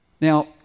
Now